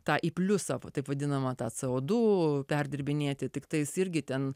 tą į pliusą taip vadinamą tą savo du perdirbinėti tiktais irgi ten